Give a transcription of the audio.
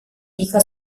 hija